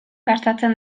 gastatzen